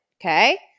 Okay